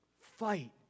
fight